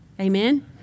amen